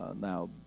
now